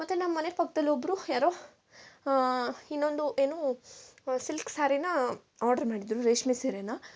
ಮತ್ತೆ ನಮ್ಮನೆ ಪಕ್ದಲ್ಲಿ ಒಬ್ರು ಯಾರೋ ಇನ್ನೊಂದು ಏನು ಸಿಲ್ಕ್ ಸ್ಯಾರಿನಾ ಆರ್ಡ್ರ್ ಮಾಡಿದ್ರು ರೇಷ್ಮೆ ಸೀರೆನ